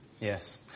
Yes